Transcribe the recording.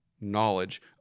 knowledge